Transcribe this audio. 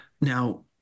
Now